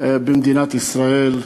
של מדינת ישראל,